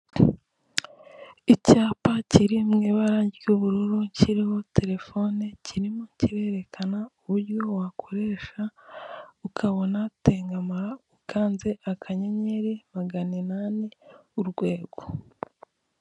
Icyapa kiri mu ibara ry'ubururu kiriho telefone, kirimo kirerekana uburyo wakoresha ukabona tengamara ukanze akanyenyeri magana inani urwego.